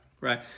right